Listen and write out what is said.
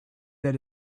that